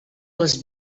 les